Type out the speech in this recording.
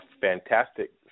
fantastic